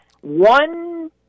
one